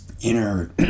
inner